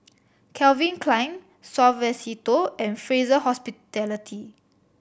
Calvin Klein Suavecito and Fraser Hospitality